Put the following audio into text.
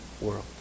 world